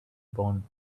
born